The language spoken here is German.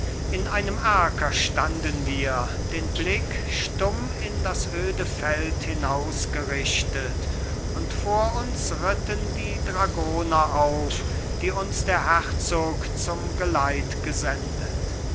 in einem erker standen wir den blick stumm in das öde feld hinaus gerichtet und vor uns ritten die dragoner auf die uns der herzog zum geleit gesendet